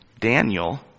Daniel